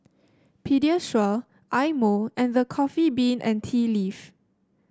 Pediasure Eye Mo and The Coffee Bean and Tea Leaf